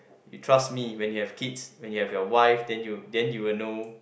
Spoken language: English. you trust me when you have kids when you have your wife then you then you will know